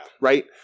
Right